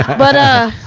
but ah,